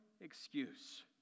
excuse